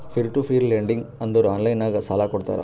peer to peer lending ಅಂದುರ್ online ನಾಗ್ ಸಾಲಾ ಕೊಡ್ತಾರ